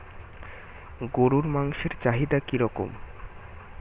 গরুর মাংসের চাহিদা কি রকম?